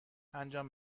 انجام